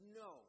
no